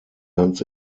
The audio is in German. ganz